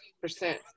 percent